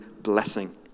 blessing